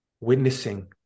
witnessing